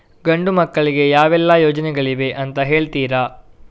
ಗಂಡು ಮಕ್ಕಳಿಗೆ ಯಾವೆಲ್ಲಾ ಯೋಜನೆಗಳಿವೆ ಅಂತ ಹೇಳ್ತೀರಾ?